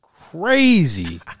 crazy